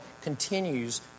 continues